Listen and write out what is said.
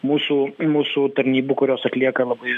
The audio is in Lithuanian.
mūsų mūsų tarnybų kurios atlieka labai